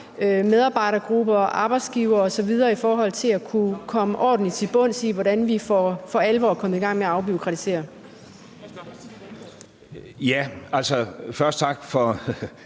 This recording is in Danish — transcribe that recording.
medarbejdergrupper og arbejdsgivere osv., i forhold til at kunne komme ordentligt til bunds i, hvordan vi for alvor kommer i gang med at afbureaukratisere? Kl. 22:56 Første